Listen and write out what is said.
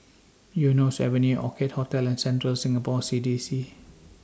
Eunos Avenue Orchid Hotel and Central Singapore C D C